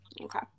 okay